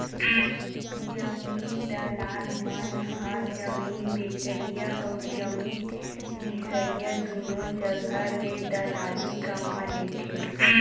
जमीन दलाल मन ह जमीन बेचइया अउ जमीन बिसईया दुनो जघा ले दलाली कमा लेथे